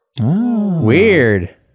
Weird